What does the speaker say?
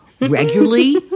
regularly